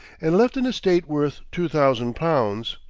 and left an estate worth two thousand pounds.